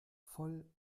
voll